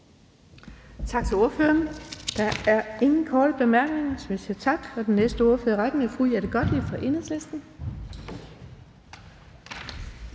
Tak til ordføreren. Der er ingen korte bemærkninger. Så er det den næste ordfører, og det er fru Jette Gottlieb fra Enhedslisten.